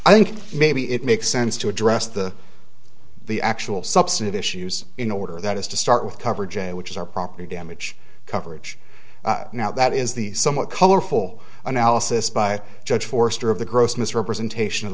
i think maybe it makes sense to address the the actual substantive issues in order that is to start with coverage and which is our property damage coverage now that is the somewhat colorful analysis by judge forster of the gross misrepresentation of